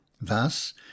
Thus